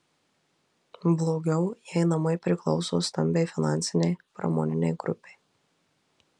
blogiau jei namai priklauso stambiai finansinei pramoninei grupei